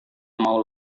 mau